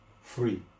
free